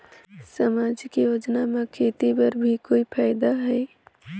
समाजिक योजना म खेती बर भी कोई फायदा है?